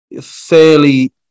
fairly